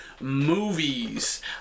movies